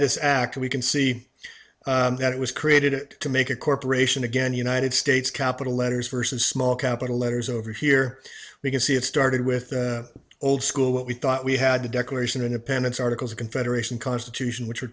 this act we can see that it was created to make a corporation again united states capital letters versus small capital letters over here we can see it started with the old school what we thought we had the declaration of independence articles of confederation constitution which were